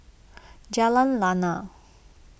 Jalan Lana